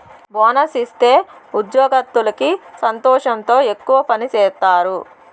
bonus ఇత్తే ఉద్యోగత్తులకి సంతోషంతో ఎక్కువ పని సేత్తారు